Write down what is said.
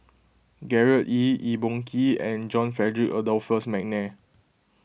Gerard Ee Eng Boh Kee and John Frederick Adolphus McNair